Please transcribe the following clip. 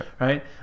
right